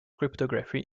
cryptography